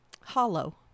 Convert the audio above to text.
hollow